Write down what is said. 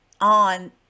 on